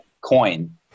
coin